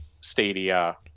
Stadia